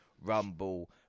Rumble